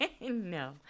No